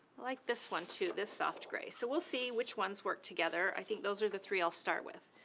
like this one, too, this soft grey. so we'll see which ones work together. i think those are the three i'll start with.